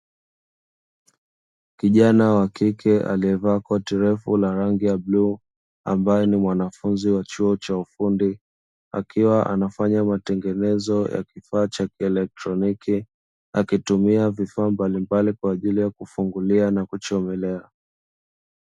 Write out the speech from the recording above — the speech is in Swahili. Kijana wa kike aliyevaa koti refu la rangi ya bluu ambaye ni mwanafunzi wa chuo cha ufundi, akiwa anafanya matengenezo ya kifaa cha kielekitroniki akitumia vifaa mbalimbali kwa ajili ya kufungulia na kuchomelea.